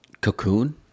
Cocoon